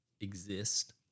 exist